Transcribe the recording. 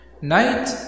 Night